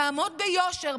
תעמוד ביושר,